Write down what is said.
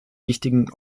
wichtigen